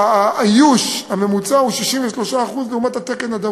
האיוש הממוצע הוא 63% לעומת התקן הדרוש.